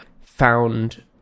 found